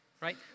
right